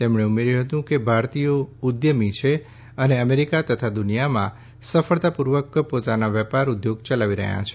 તેમણે ઉમેર્યું હતું કે ભારતીયો ઉદ્યમી છે અને અમેરિકા તથા દુનિયામાં સફળતાપૂર્વક પોતાના વેપાર ઉદ્યોગ ચલાવી રહ્યા છે